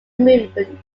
moon